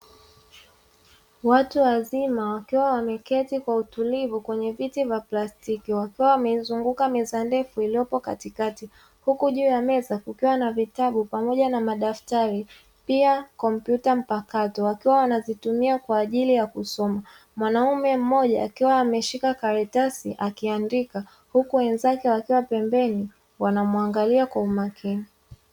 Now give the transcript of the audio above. Watu wazima wakiwa wameketi kwa utulivu kwenye viti vya plastiki wakiwa wameizunguka meza ndefu iliyopo katikati, huku juu ya meza kukiwa na vitabu pamoja na madaftari pia kompyuta mpakato wakiwa wanazitumia kwa ajili ya kusoma. Mwanaume mmoja akiwa ameshika kar, atasi akiandika huku wenzake wakiwa pembeni wanamwangalia kwa umakini.